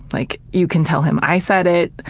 like, you can tell him i said it.